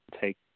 take